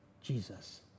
Jesus